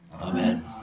Amen